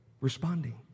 Responding